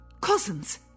Cousins